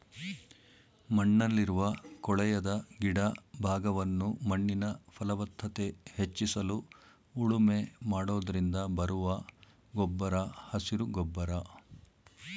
ಮಣ್ಣಲ್ಲಿರುವ ಕೊಳೆಯದ ಗಿಡ ಭಾಗವನ್ನು ಮಣ್ಣಿನ ಫಲವತ್ತತೆ ಹೆಚ್ಚಿಸಲು ಉಳುಮೆ ಮಾಡೋದ್ರಿಂದ ಬರುವ ಗೊಬ್ಬರ ಹಸಿರು ಗೊಬ್ಬರ